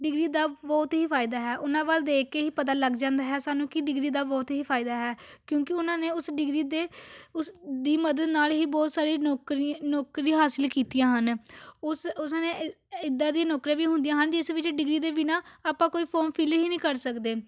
degree ਦਾ ਬਹੁਤ ਹੀ ਫ਼ਾਇਦਾ ਹੈ ਉਹਨਾਂ ਵੱਲ ਦੇਖ ਕੇ ਹੀ ਪਤਾ ਲੱਗ ਜਾਂਦਾ ਹੈ ਸਾਨੂੰ ਕਿ ਡਿਗਰੀ ਦਾ ਬਹੁਤ ਹੀ ਫ਼ਾਇਦਾ ਹੈ ਕਿਉਂਕਿ ਉਹਨਾਂ ਨੇ ਉਸ ਡਿਗਰੀ ਦੇ ਉਸ ਦੀ ਮਦਦ ਨਾਲ ਹੀ ਬਹੁਤ ਸਾਰੀ ਨੌਕਰੀ ਨੌਕਰੀ ਹਾਸਿਲ ਕੀਤੀਆਂ ਹਨ ਉਸ ਉਸ ਨੇ ਇ ਇੱਦਾਂ ਦੀ ਨੌਕਰੀਆਂ ਵੀ ਹੁੰਦੀਆਂ ਹਨ ਜਿਸ ਵਿੱਚ ਡਿਗਰੀ ਦੇ ਬਿਨਾਂ ਆਪਾਂ ਕੋਈ ਫੋਰਮ ਫਿਲ ਹੀ ਨਹੀਂ ਕਰ ਸਕਦੇ